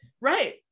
Right